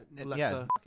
Alexa